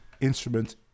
instrument